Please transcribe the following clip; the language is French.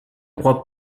croit